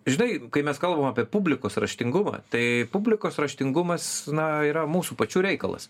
žinai kai mes kalbam apie publikos raštingumą tai publikos raštingumas na yra mūsų pačių reikalas